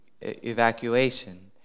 evacuation